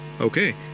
Okay